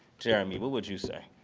jeremy, what would you say?